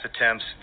attempts